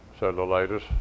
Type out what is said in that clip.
cellulitis